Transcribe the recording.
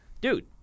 dude